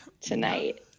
tonight